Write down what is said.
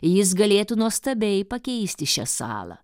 jis galėtų nuostabiai pakeisti šią salą